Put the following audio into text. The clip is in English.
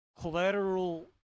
collateral